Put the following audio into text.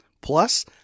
Plus